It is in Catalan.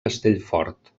castellfort